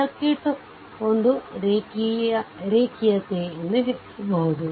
ಆದ್ದರಿಂದ ಸರ್ಕ್ಯೂಟ್ ಒಂದು ರೇಖೀಯ ಎಂದು ಹೇಳಬಹುದು